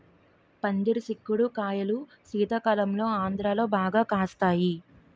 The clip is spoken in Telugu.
పందిరి సిక్కుడు కాయలు శీతాకాలంలో ఆంధ్రాలో బాగా కాస్తాయి